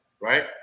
Right